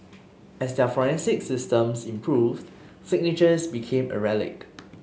as their forensic systems improved signatures became a relic